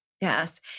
Yes